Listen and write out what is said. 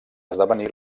esdevenir